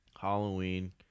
Halloween